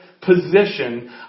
position